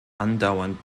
andauernd